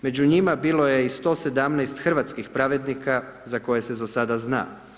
Među njima bilo je i 117 hrvatskih pravednika, za koje se za sada zna.